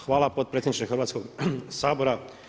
Hvala potpredsjedniče Hrvatskoga sabora.